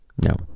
no